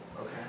Okay